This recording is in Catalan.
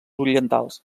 orientals